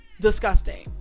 disgusting